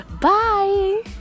Bye